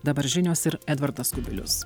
dabar žinios ir edvardas kubilius